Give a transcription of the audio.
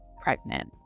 pregnant